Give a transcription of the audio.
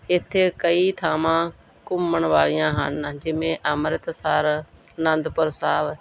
ਇੱਥੇ ਕਈ ਥਾਵਾਂ ਘੁੰਮਣ ਵਾਲੀਆਂ ਹਨ ਜਿਵੇਂ ਅੰਮ੍ਰਿਤਸਰ ਅਨੰਦਪੁਰ ਸਾਹਿਬ